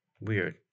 weird